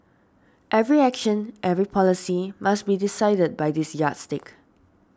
every action every policy must be decided by this yardstick